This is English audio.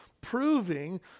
proving